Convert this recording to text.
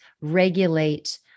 regulate